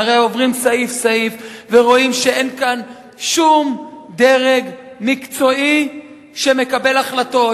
הרי עוברים סעיף-סעיף ורואים שאין כאן שום דרג מקצועי שמקבל החלטות,